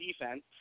defense